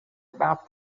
about